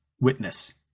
witness